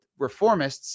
reformists